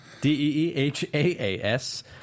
D-E-E-H-A-A-S